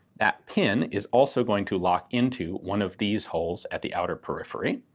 that pin is also going to lock into one of these holes at the outer periphery.